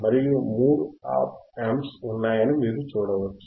మరియు మూడు op amps ఉన్నాయని మీరు చూడవచ్చు